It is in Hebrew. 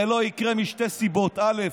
זה לא יקרה משתי סיבות: א.